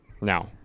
Now